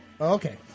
Okay